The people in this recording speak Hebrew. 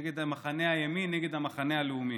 נגד מחנה הימין, נגד המחנה הלאומי.